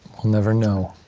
we'll never know.